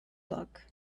book